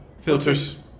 filters